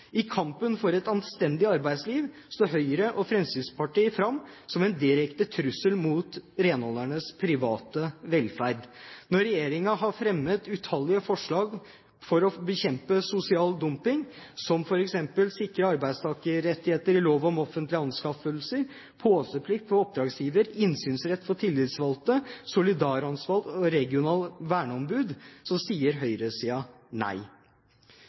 I kampen for et anstendig arbeidsliv står Høyre og Fremskrittspartiet fram som en direkte trussel mot renholdernes private velferd. Når regjeringen har fremmet utallige forslag for å bekjempe sosial dumping, som f.eks. å sikre arbeidstakerrettigheter i lov om offentlige anskaffelser, påseplikt for oppdragsgiver, innsynsrett for tillitsvalgte, solidaransvar og regionale verneombud, sier høyresiden nei.